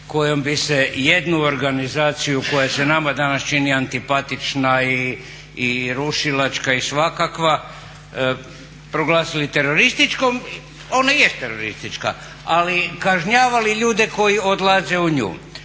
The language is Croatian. kojom bi se jednu organizaciju koja se nama danas čini antipatična i rušilačka i svakakva proglasili terorističkom, ona jeste teroristička, ali kažnjavali ljude koji odlaze u nju,